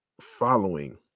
following